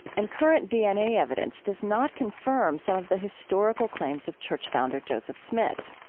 and current dna evidence does not confirm some of the historical claims of church founder joseph smith.